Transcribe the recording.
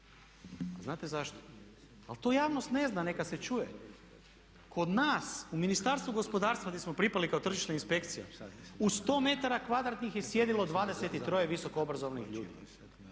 Znate zašto? Ali to javnost ne zna. Neka se čuje. Kod nas u Ministarstvu gospodarstva di smo pripali kao tržišna inspekcija u 100 metara kvadratnih je sjedilo 23 visoko obrazovnih ljudi.